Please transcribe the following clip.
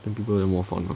ten people then more fun lah